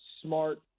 smart